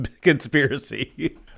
conspiracy